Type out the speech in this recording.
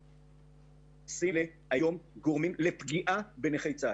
הדיון הזה הוא חלק מהעניין.